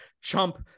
chump